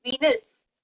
Venus